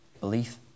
belief